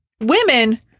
women